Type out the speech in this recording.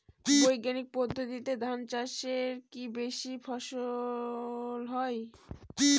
বৈজ্ঞানিক পদ্ধতিতে ধান চাষে কি বেশী ফলন হয়?